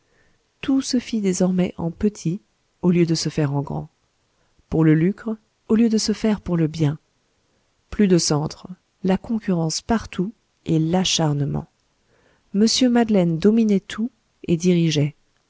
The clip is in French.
tout se fit désormais en petit au lieu de se faire en grand pour le lucre au lieu de se faire pour le bien plus de centre la concurrence partout et l'acharnement mr madeleine dominait tout et dirigeait